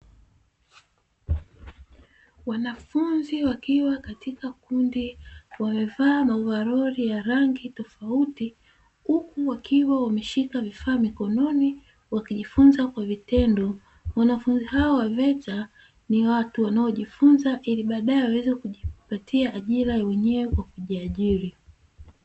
Wanafunzi wakiwa katika kundi wamevaa maovaroli ya rangi tofauti, huku wakiwa wameshika vifaa mikononi, wakijifunza kwa vitendo. Wanafunzi hawa wa VETA ni watu wanaojifunza ili baadae waweze kujipatia ajira wenyewe kwa kujiajiri.